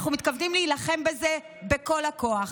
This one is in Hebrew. אנחנו מתכוונים להילחם בזה בכל הכוח.